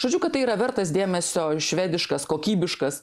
žodžiu kad tai yra vertas dėmesio švediškas kokybiškas